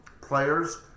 players